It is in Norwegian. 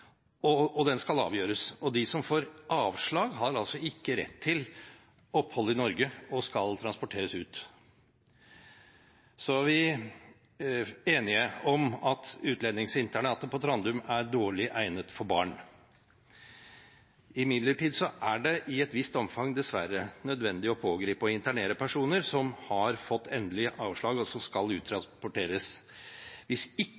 og den skal avgjøres – og de som får avslag, har altså ikke rett til opphold i Norge og skal transporteres ut. Så er vi enige om at utlendingsinternatet på Trandum er dårlig egnet for barn. Imidlertid er det i et visst omfang dessverre nødvendig å pågripe og internere personer som har fått endelig avslag, og som skal uttransporteres. Hvis ikke